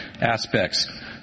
aspects